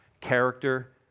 Character